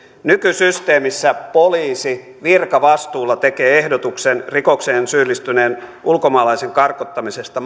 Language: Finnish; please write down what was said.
nykysysteemissä poliisi virkavastuulla tekee maahanmuuttovirastolle ehdotuksen rikokseen syyllistyneen ulkomaalaisen karkottamisesta